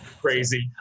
crazy